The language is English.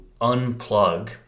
unplug